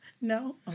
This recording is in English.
No